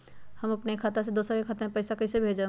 हम अपने खाता से दोसर के खाता में पैसा कइसे भेजबै?